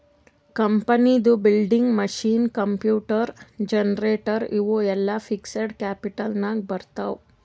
ಕಂಪನಿದು building, machine, computer, generator ಇವು ಎಲ್ಲಾ ಫಿಕ್ಸಡ್ ಕ್ಯಾಪಿಟಲ್ ನಾಗ್ ಬರ್ತಾವ್